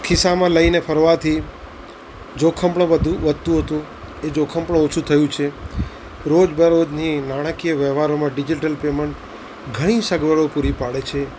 ખિસ્સામાં લઈને ફરવાથી જોખમ પણ વધ વધતું હતું એ જોખમ પણ ઓછું થયું છે રોજબરોજની નાણાકીય વ્યવહારોમાં ડિજિટલ પેમેન્ટ ઘણી સગવડો પૂરી પાડે છે